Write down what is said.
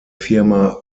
firma